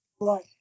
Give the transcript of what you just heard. Right